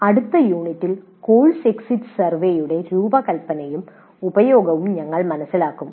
അടുത്ത യൂണിറ്റിൽ course exit സർവേയുടെ രൂപകൽപ്പനയും ഉപയോഗവും നാം മനസിലാക്കും